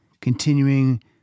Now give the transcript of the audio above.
continuing